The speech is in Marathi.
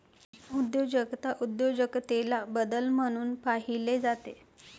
उद्योजकता उद्योजकतेला बदल म्हणून पाहिले जाते